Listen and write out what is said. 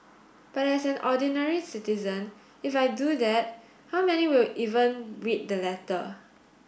but as an ordinary citizen if I do that how many will even read the letter